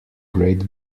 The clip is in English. great